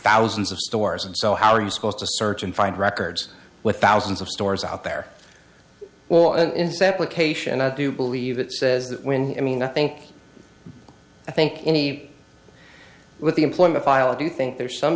thousands of stores and so how are you supposed to search and find records with thousands of stores out there well in sample occasion i do believe it says that when i mean i think i think any with the employment file do you think there's some